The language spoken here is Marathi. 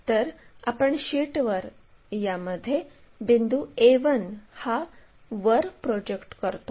तर आपण शीटवर यामध्ये बिंदू a1 हा वर प्रोजेक्ट करतो